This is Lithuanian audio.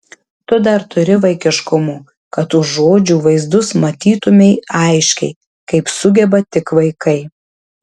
tu dar turi vaikiškumo kad už žodžių vaizdus matytumei aiškiai kaip sugeba tik vaikai